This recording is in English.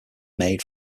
made